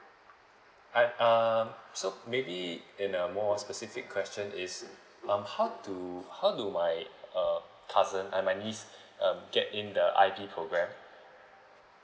I'm uh so maybe in a more specific question is um how to how do my uh cousin ah my niece um get in the I_B program